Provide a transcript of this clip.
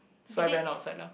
so I went outside lah